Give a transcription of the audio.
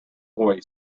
boy